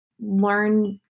learn